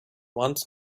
wants